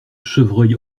chevreuil